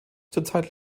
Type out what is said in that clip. zurzeit